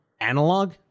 analog